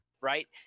right